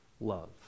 love